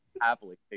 happily